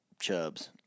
chubs